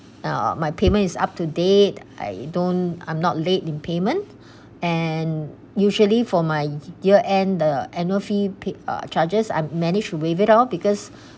uh my payment is up to date I don't I'm not late in payment and usually for my year end the annual fee paid uh charges I managed to wave it all because